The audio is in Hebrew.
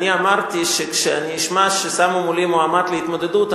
אני אמרתי שכשאני אשמע ששמו מולי מועמד להתמודד אני